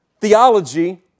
theology